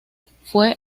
fue